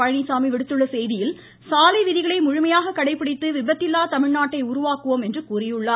பழனிச்சாமி விடுத்துள்ள செய்தியில் சாலை விதிகளை முழுமையாக கடைபிடித்து விபத்தில்லா தமிழ்நாட்டை உருவாக்குவோம் என கூறியுள்ளார்